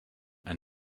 and